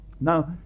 Now